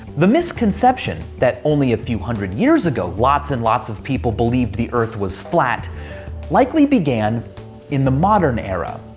the misconception that only a few hundred years ago lots and lots of people believed the earth was flat likely began in the modern era,